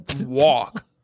walk